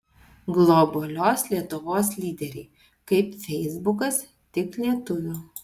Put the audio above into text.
globalios lietuvos lyderiai kaip feisbukas tik lietuvių